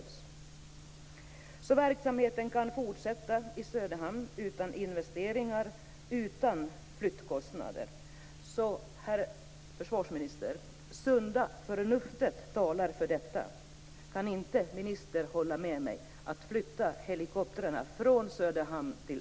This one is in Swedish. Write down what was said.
Verksamheten kan fortsätta i Söderhamn utan investeringar och utan flyttkostnader. Herr försvarsminister! Sunda förnuftet talar för detta. Kan inte ministern hålla med mig om att det är orimligt att flytta helikoptrarna från Söderhamn till